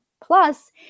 plus